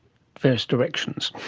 various directions.